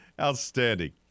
Outstanding